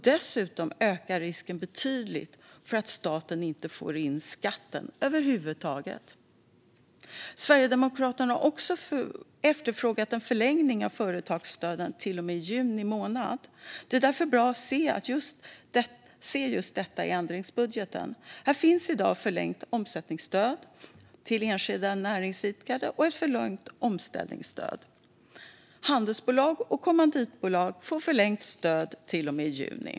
Dessutom ökar risken betydligt att staten inte får in skatten över huvud taget. Sverigedemokraterna har också efterfrågat en förlängning av företagsstöden till och med juni månad. Det är därför bra att se att just detta föreslås i ändringsbudgeten. Här finns i dag förlängt omsättningsstöd till enskilda näringsidkare, och ett förlängt omställningsstöd. Även handelsbolag och kommanditbolag får förlängt stöd till och med juni.